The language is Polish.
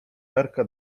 tarka